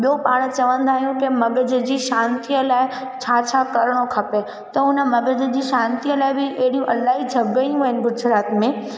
ॿियो पाण चवंदा आहियूं के मगज़ जी शांतिअ लाइ छा छा करिणो खपे त हुन मगज़ जी शांतिअ लाइ बि एॾियूं इलाही छबियूं आहिनि गुजरात में